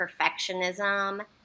perfectionism